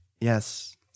Yes